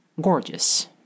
gorgeous